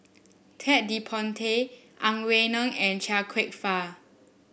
Ted De Ponti Ang Wei Neng and Chia Kwek Fah